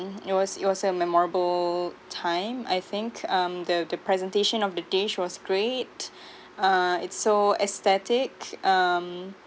it was it was a memorable time I think um the the presentation of the dish was great uh it's so aesthetic um